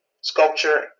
sculpture